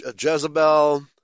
Jezebel